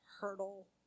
hurdle